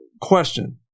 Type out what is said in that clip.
question